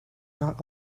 not